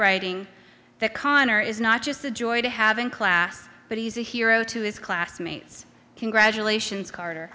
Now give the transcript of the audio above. writing that connor is not just a joy to have in class but he's a hero to his classmates congratulations carter